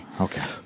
okay